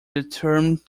determined